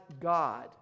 God